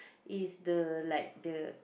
is the like the